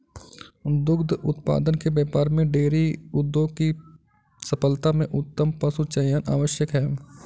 दुग्ध उत्पादन के व्यापार में डेयरी उद्योग की सफलता में उत्तम पशुचयन आवश्यक है